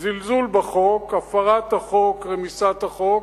זלזול בחוק, הפרת החוק, רמיסת החוק,